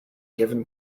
given